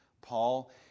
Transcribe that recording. Paul